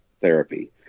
therapy